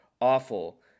awful